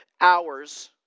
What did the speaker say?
hours